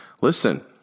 Listen